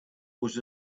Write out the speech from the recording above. was